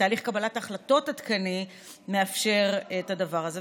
תהליך קבלת החלטות עדכני מאפשר את הדבר הזה.